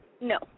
No